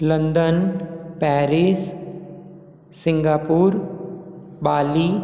London Paris Singapore Bali